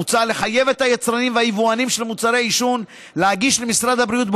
מוצע לחייב את היצרנים והיבואנים של מוצרי עישון להגיש למשרד הבריאות,